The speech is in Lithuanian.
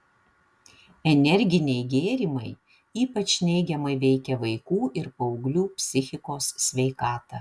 energiniai gėrimai ypač neigiamai veikia vaikų ir paauglių psichikos sveikatą